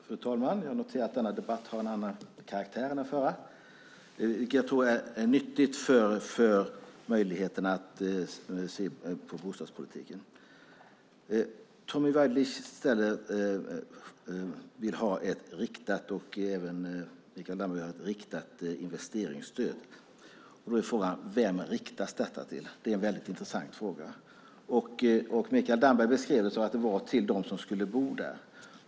Fru talman! Jag noterar att denna debatt har en annan karaktär än den förra, vilket jag tror är nyttigt för möjligheten att se på bostadspolitiken. Tommy Waidelich, och även Mikael Damberg, vill ha ett riktat investeringsstöd. Då blir frågan: Vem riktas det till? Det är en mycket intressant fråga. Mikael Damberg beskrev det så att det var till dem som skulle bo där.